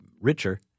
richer